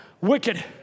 wicked